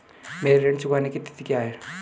मेरे ऋण चुकाने की तिथि क्या है?